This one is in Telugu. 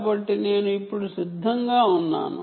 కాబట్టి ఇప్పుడు ఇది స్థిరంగా ఉంది